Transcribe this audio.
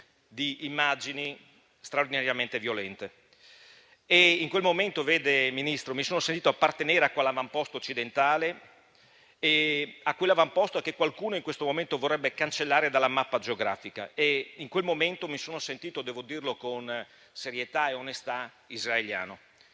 di immagini straordinariamente violente. In quel momento, signor Ministro, mi sono sentito appartenere a quell'avamposto occidentale che qualcuno in questo momento vorrebbe cancellare dalla mappa geografica. In quel momento mi sono sentito - devo dirlo con serietà e onestà - israeliano.